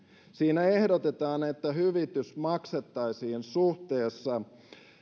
siinä ehdotetaan että hyvitys maksettaisiin suhteessa